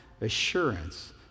assurance